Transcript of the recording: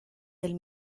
del